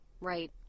Right